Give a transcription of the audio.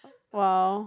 !wow!